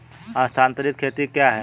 स्थानांतरित खेती क्या है?